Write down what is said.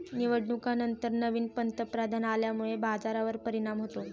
निवडणुकांनंतर नवीन पंतप्रधान आल्यामुळे बाजारावर परिणाम होतो